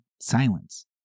Silence